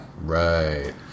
Right